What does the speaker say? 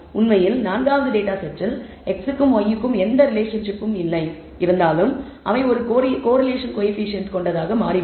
உண்மையில் நான்காவது டேட்டா செட்டில் x க்கும் y க்கும் எந்த ரிலேஷன்ஷிப்பும் இல்லை இருந்தாலும் அவை ஒரே கோரிலேஷன் கோயபிசியன்ட் கொண்டதாக மாறிவிடும்